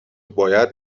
باید